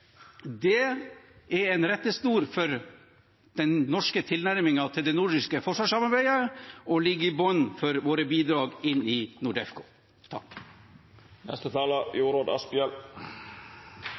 Det er en rettesnor for den norske tilnærmingen til det nordiske forsvarssamarbeidet og ligger i bunnen for våre bidrag i NORDEFCO.